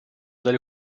del